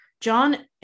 John